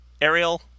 Ariel